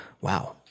wow